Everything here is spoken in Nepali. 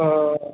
अँ